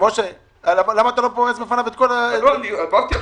אמרתי עכשיו.